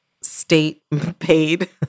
state-paid